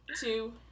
two